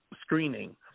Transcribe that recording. screening